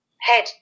head